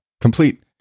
Complete